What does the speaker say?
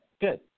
good